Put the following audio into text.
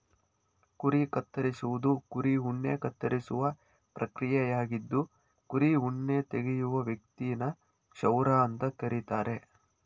ಕುರಿ ಕತ್ತರಿಸುವುದು ಕುರಿ ಉಣ್ಣೆ ಕತ್ತರಿಸುವ ಪ್ರಕ್ರಿಯೆಯಾಗಿದ್ದು ಕುರಿ ಉಣ್ಣೆ ತೆಗೆಯುವ ವ್ಯಕ್ತಿನ ಕ್ಷೌರ ಅಂತ ಕರೀತಾರೆ